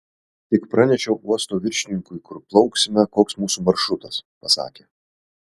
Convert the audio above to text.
tik pranešiau uosto viršininkui kur plauksime koks mūsų maršrutas pasakė